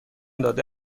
داده